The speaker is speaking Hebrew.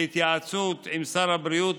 בהתייעצות עם שר הבריאות,